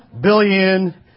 billion